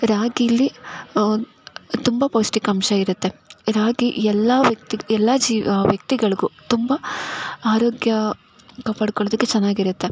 ರಾಗಿಯಲ್ಲಿ ತುಂಬ ಪೌಷ್ಠಿಕಾಂಶ ಇರುತ್ತೆ ರಾಗಿ ಎಲ್ಲ ವ್ಯಕ್ತಿಗೂ ಎಲ್ಲ ಜೀವ ವ್ಯಕ್ತಿಗಳಿಗೂ ತುಂಬ ಆರೋಗ್ಯ ಕಾಪಾಡ್ಕೊಳ್ಳೋದಕ್ಕೆ ಚೆನ್ನಾಗಿರುತ್ತೆ